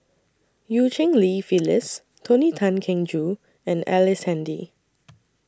EU Cheng Li Phyllis Tony Tan Keng Joo and Ellice Handy